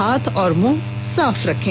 हाथ और मुंह साफ रखें